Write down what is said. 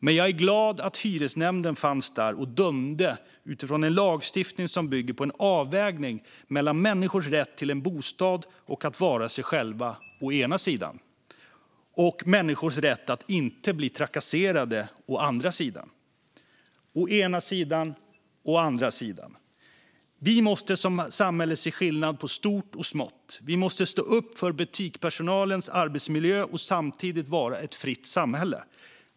Men jag är glad att hyresnämnden fanns där och dömde utifrån en lagstiftning som bygger på en avvägning mellan människors rätt till en bostad och att vara sig själva å ena sidan och människors rätt att inte bli trakasserade å andra sidan. Återigen: å ena sidan, å andra sidan. Vi måste som samhälle se skillnad på stort och smått. Vi måste stå upp för butikspersonalens arbetsmiljö och samtidigt vara ett fritt samhälle.